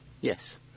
Yes